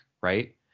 right